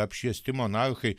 apšviesti monarchai